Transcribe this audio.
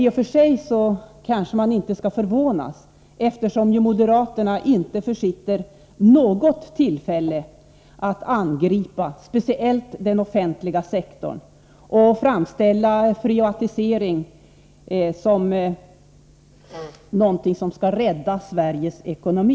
I och för sig kanske man inte skall förvånas över detta, eftersom moderaterna inte försitter något tillfälle att angripa speciellt den offentliga sektorn och framställa privatisering som någonting som skall rädda Sveriges ekonomi.